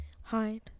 hide